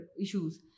issues